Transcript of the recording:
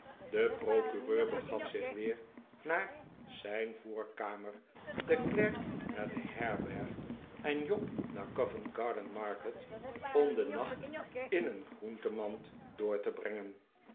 de procureur begaf zich weer naar zijn voorkamer de klerk naar de herberg en job naar covent-garden-market om den nacht in een groentemand door te brengen